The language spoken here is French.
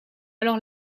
alors